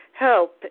help